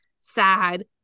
sad